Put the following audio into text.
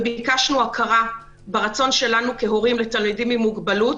וביקשנו הכרה ברצון שלנו כהורים לתלמידים עם מוגבלות,